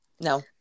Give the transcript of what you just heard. No